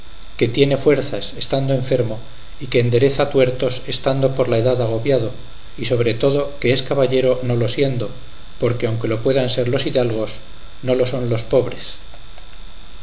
que tiene fuerzas estando enfermo y que endereza tuertos estando por la edad agobiado y sobre todo que es caballero no lo siendo porque aunque lo puedan ser los hidalgos no lo son los pobres